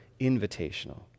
invitational